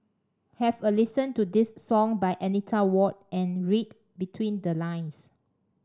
have a listen to this song by Anita Ward and read between the lines